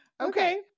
Okay